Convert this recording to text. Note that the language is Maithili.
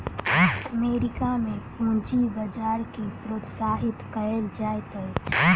अमेरिका में पूंजी बजार के प्रोत्साहित कयल जाइत अछि